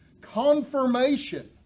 confirmation